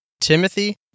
Timothy